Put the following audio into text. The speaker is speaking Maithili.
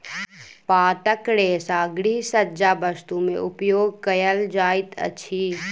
पातक रेशा गृहसज्जा वस्तु में उपयोग कयल जाइत अछि